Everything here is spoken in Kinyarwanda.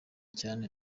cyane